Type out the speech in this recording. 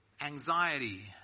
anxiety